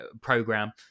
program